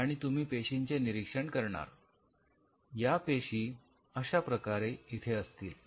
आणि तुम्ही पेशींचे निरीक्षण करणार या पेशी अशाप्रकारे इथे असतील